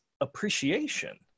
appreciation